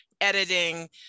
editing